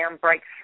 breakthrough